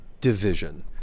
division